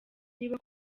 niba